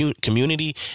community